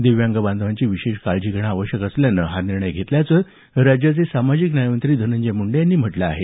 दिव्यांग बांधवांची विशेष काळजी घेणं आवश्यक असल्यानं हा निर्णय घेण्यात आल्याचं राज्याचे सामाजिक न्याय मंत्री धनंजय मुंडे यांनी म्हटलं आहे